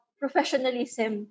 professionalism